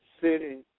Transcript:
city